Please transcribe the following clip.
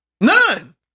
None